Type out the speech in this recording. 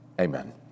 amen